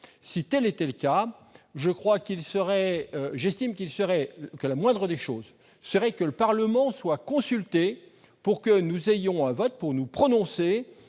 Si tel était le cas, j'estime que la moindre des choses serait que le Parlement soit consulté pour que nous nous prononcions